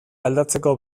aldatzeko